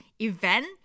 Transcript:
event